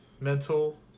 Mental